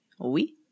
Oui